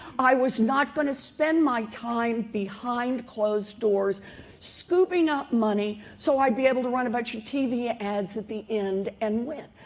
i was not going to spend my time behind closed doors scooping up money so i'd be able to run a bunch of tv ads at the end and win.